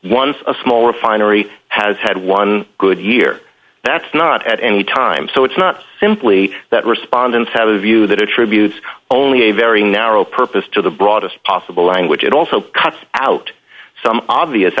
once a small refinery has had one good year that's not at any time so it's not simply that respondents have a view that attributes only a very narrow purpose to the broadest possible language it also cuts out some obvious